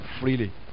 freely